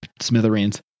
smithereens